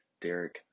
Derek